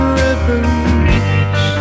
ribbons